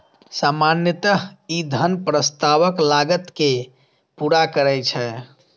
सामान्यतः ई धन प्रस्तावक लागत कें पूरा करै छै